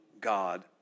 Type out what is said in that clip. God